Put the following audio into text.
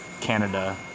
Canada